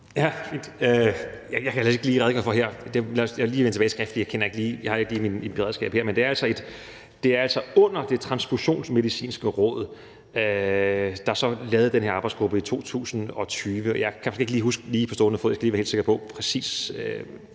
Jeg kan altså ikke lige redegøre for det her. Lad mig lige vende tilbage skriftligt. Jeg har det ikke lige her. Det hører altså under Det Transfusionsmedicinske Råd, der så lavede den her arbejdsgruppe i 2020. Jeg kan ikke lige på stående fod huske det. Jeg skal lige være helt sikker på, præcis